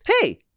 Hey